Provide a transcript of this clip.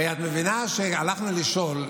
הרי את מבינה שהלכנו לשאול,